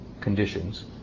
conditions